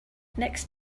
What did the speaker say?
next